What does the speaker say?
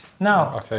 Now